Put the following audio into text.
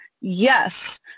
Yes